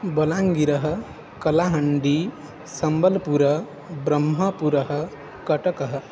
बलाङ्गिरः कलहण्डी सम्बल्पुर ब्रह्मपूरं कटकः